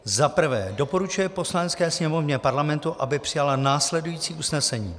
I. doporučuje Poslanecké sněmovně Parlamentu, aby přijala následující usnesení.